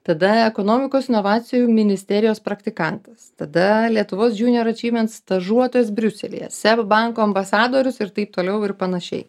tada ekonomikos inovacijų ministerijos praktikantas tada lietuvos junior šįmet stažuotojas briuselyje seb banko ambasadorius ir taip toliau ir panašiai